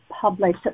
published